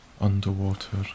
Underwater